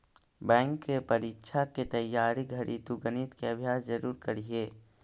bank के परीक्षा के तइयारी घड़ी तु गणित के अभ्यास जरूर करीह